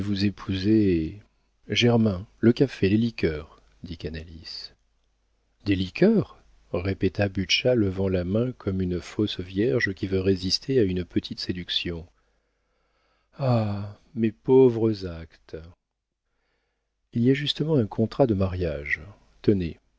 germain le café les liqueurs dit canalis des liqueurs répéta butscha levant la main comme une fausse vierge qui veut résister à une petite séduction ah mes pauvres actes il y a justement un contrat de mariage